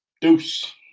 Deuce